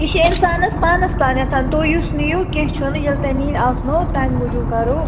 یہِ چھُ اِنسانَس پانَس تانٮ۪تھ تُہۍ یُس نِیِو کیٚنٛہہ چھُنہٕ ییٚلہِ تۄہہِ نِنۍ آسنَو تَمہِ موٗجوٗب کَرو